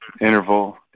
interval